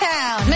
Town